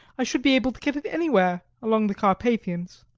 i should be able to get it anywhere along the carpathians.